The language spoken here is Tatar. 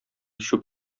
чүп